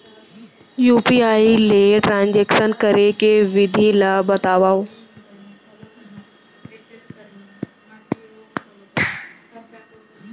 UPI ले transaction करे के विधि ला बतावव?